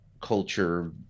culture